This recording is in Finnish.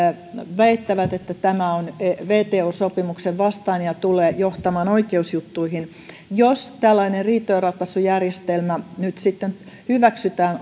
väittävät että tämä on wto sopimuksen vastainen ja tulee johtamaan oikeusjuttuihin jos tällainen riitojenratkaisujärjestelmä nyt sitten hyväksytään